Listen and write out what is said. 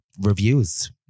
reviews